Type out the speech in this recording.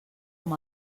amb